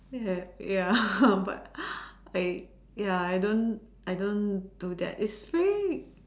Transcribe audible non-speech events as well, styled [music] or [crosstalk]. ya ya [noise] but [breath] I ya I don't I don't do that it's fake